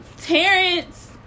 Terrence